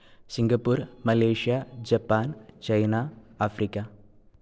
Singapore Malaysia Japan China Africa